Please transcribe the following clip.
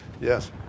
Yes